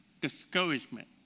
discouragement